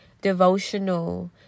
devotional